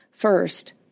First